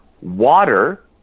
water